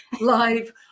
live